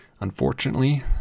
Unfortunately